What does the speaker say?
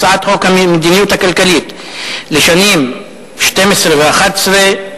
הצעת חוק המדיניות הכלכלית לשנים 2011 ו-2012,